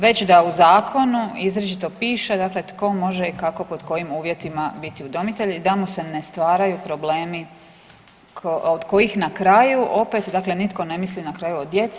Već da u zakonu izričito piše, dakle tko može i kako pod kojim uvjetima biti udomitelj da mu se ne stvaraju problemi od kojih na kraju opet dakle opet nitko ne misli na kraju o djeci.